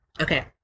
Okay